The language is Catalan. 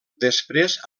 després